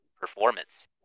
performance